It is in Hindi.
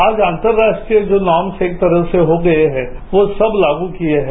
आज अंतर्राष्ट्रीयजो नॉर्मस एक तरह से हो गए हैंवो सब लागू किए हैं